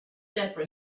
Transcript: debra